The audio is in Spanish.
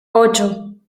ocho